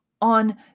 on